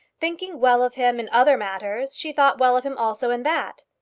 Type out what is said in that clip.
thinking well of him in other matters, she thought well of him also in that.